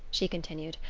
she continued,